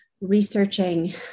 researching